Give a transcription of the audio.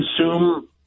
consume